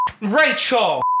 Rachel